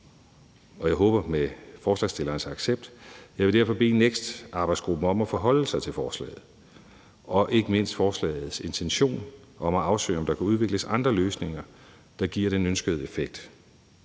vil derfor – med forslagsstillernes accept, håber jeg – bede NEKST-arbejdsgruppen om at forholde sig til forslaget, ikke mindst forslagets intention om at afsøge, om der kan udvikles andre løsninger, der giver den ønskede effekt.